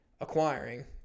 acquiring